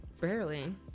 Barely